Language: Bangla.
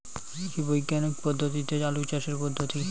বিজ্ঞানিক পদ্ধতিতে আলু চাষের পদ্ধতি?